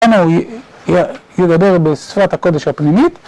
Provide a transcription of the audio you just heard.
‫הנה הוא יידבר בשפת הקודש הפנימית.